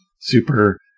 super